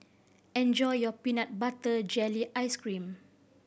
enjoy your peanut butter jelly ice cream